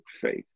faith